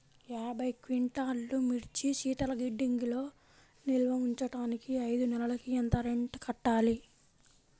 యాభై క్వింటాల్లు మిర్చి శీతల గిడ్డంగిలో నిల్వ ఉంచటానికి ఐదు నెలలకి ఎంత రెంట్ కట్టాలి?